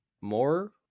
More